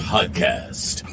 Podcast